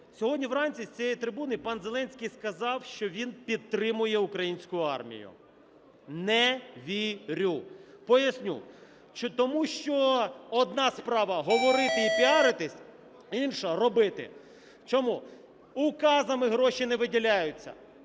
Сьогодні вранці з цієї трибуни пан Зеленський сказав, що він підтримує українську армію. Не вірю! Поясню. Тому що одна справа говорити і піаритися, інша – робити. Чому? Указами гроші не виділяються,